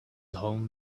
own